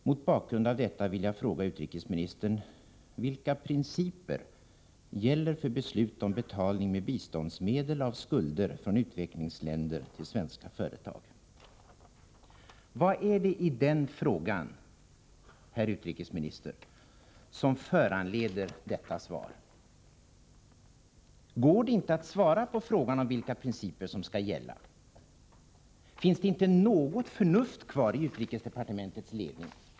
Mot bakgrund av detta vill jag fråga utrikesministern: Vad är det i den frågan, herr utrikesminister, som föranleder det svar jag fått? Går det inte att svara på frågan om vilka principer som skall gälla? Finns det inte något förnuft kvar i utrikesdepartementets ledning?